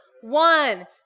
one